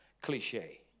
cliche